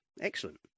excellent